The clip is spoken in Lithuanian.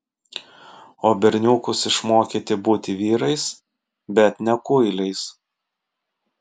o berniukus išmokyti būti vyrais bet ne kuiliais